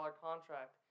contract